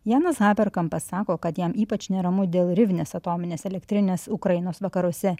janas haverkampas sako kad jam ypač neramu dėl rivnės atominės elektrinės ukrainos vakaruose